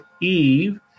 Eve